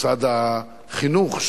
משרד החינוך,